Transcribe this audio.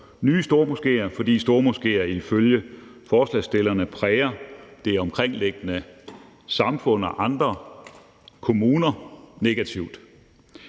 nye stormoskéer, fordi stormoskéer ifølge forslagsstillerne præger det omkringliggende samfund og andre kommuner negativt.